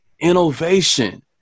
innovation